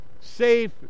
safe